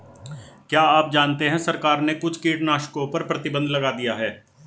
क्या आप जानते है सरकार ने कुछ कीटनाशकों पर प्रतिबंध लगा दिया है?